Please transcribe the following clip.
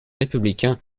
républicain